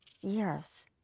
years